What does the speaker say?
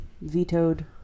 vetoed